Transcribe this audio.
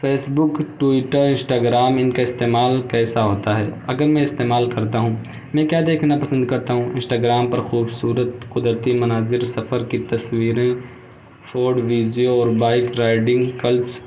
face بک Twitter Instagram ان کا استعمال کیسا ہوتا ہے اگر میں استعمال کرتا ہوں میں کیا دیکھنا پسند کرتا ہوں انسٹا گرام پر خوبصورت قدرتی مناظر سفر کی تصویریں فورڈ ویڈیو اور بائک رائڈنگ کلپس